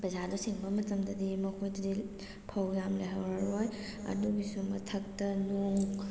ꯄꯩꯁꯥꯗꯣ ꯁꯤꯡꯕ ꯃꯇꯝꯗꯗꯤ ꯃꯈꯣꯏꯗꯗꯤ ꯐꯧ ꯌꯥꯝ ꯂꯩꯍꯧꯔꯔꯣꯏ ꯑꯗꯨꯒꯤꯁꯨ ꯃꯊꯛꯇ ꯅꯣꯡ